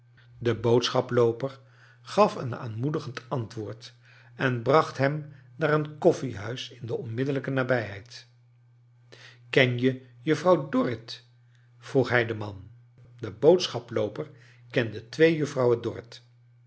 de boodschaplooper gaf een aanmoedigend antwoord en bracht hem naar een koffiehuis in de onmiddellijke nabijheid ken je juffrouw dorrit vroeg hij den man de boodschaplooper kende twee juffrouwen dorrit